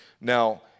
Now